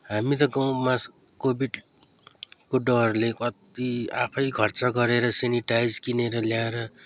हामी त गाउँमा कोभिडको डरले कति आफै खर्च गरेर सेनिटाइज किनेर ल्याएर